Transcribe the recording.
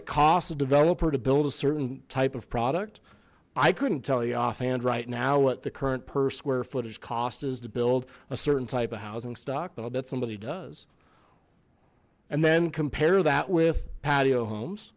it costs a developer to build a certain type of product i couldn't tell you off hand right now what the current per square footage cost is to build a certain type of housing stock know that somebody does and then compare that with patio homes